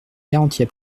garanties